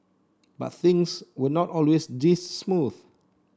but things were not always this smooth